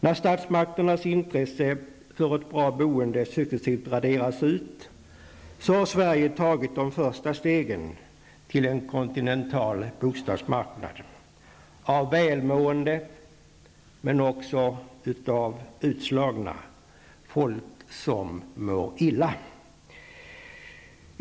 När statsmakternas intresse för ett bra boende successivt raderas ut har Sverige tagit de första stegen till en kontinental bostadsmarknad, en bostadsmarknad av välmående men också av utslagna, folk som far illa.